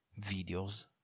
videos